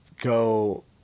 go